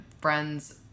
friends